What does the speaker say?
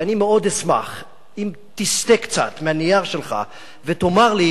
ואני מאוד אשמח אם תסטה קצת מהנייר שלך ותאמר לי